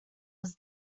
was